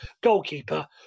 goalkeeper